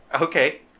Okay